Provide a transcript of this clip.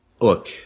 Look